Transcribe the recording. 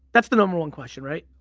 that's the number one question, right?